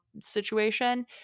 situation